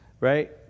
right